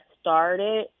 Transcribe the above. started